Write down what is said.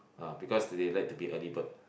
ah because they like to be early bird